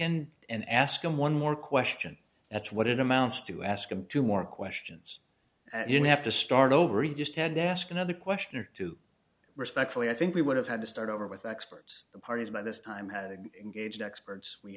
in and ask him one more question that's what it amounts to ask him two more questions and you have to start over he just had to ask another question or two respectfully i think we would have had to start over with experts the parties by this time had gauged experts